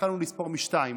התחלנו לספור מ-2,